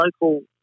local